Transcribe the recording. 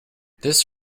this